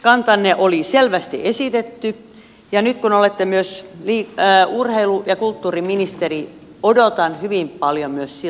kantanne oli selvästi esitetty ja nyt kun olette myös urheilu ja kulttuuriministeri odotan hyvin paljon myös siltä saralta